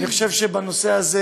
אני חושב שבנושא הזה,